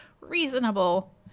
reasonable